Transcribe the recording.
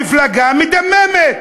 המפלגה מדממת.